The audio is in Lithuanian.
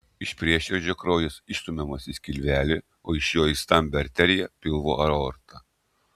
iš prieširdžio kraujas išstumiamas į skilvelį o iš jo į stambią arteriją pilvo aortą